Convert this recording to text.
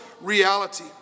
reality